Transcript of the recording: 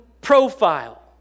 profile